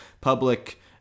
public